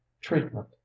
Treatment